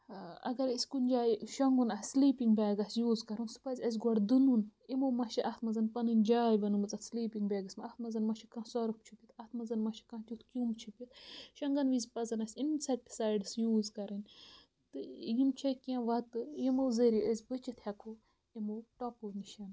اَگر أسۍ کُنہِ جایہِ شۄنٛگُن آسہِ سِلیٖپِنگ بیگ آسہِ یوٗز کَرُن سُہ پَزِ اَسہِ گۄڈٕ دٕنُن یِمو ما چھِ اَتھ منٛز پَنٕنۍ جاے بَنٲومٕژ اَتھ سِلیٖپِنگ بیگَس منٛز اَتھ منٛز ما چھِ کانٛہہ سۄرٕپھ اَتھ منٛز ما چھُ کانٛہہ تیُتھ کیٚوم چُپِتھِتھ شۄنٛگن وِزِ پَزَن اَسہِ اِنسیکٹِسایڈٕس یوٗز کَرٕنۍ تہٕ یِم چھےٚ کیٚنٛہہ وَتہٕ یِمو ذٔریعہِ أسۍ بٔچِتھ ہیٚکو یِمو ٹۄپو نِشَن